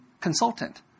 consultant